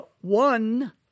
one